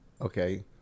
Okay